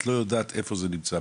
את לא יודעת איפה זה נמצא,